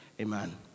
Amen